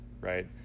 right